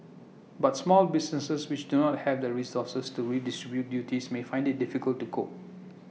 but small businesses which do not have the resources to redistribute duties may find IT difficult to cope